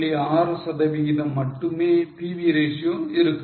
6 சதவிகிதம் மட்டுமே PV ratio இருக்கிறது